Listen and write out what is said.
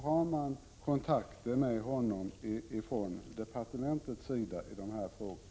Har man från departementets sida kontakt med honom i de frågorna?